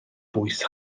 bwys